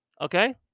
Okay